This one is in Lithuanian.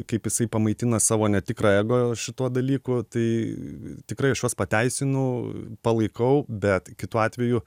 kaip jisai pamaitina savo netikrą ego šituo dalyku tai tikrai aš juos pateisinu palaikau bet kitu atveju